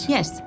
Yes